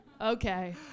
Okay